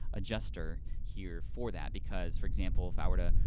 adjuster here for that, because for example, if i were too,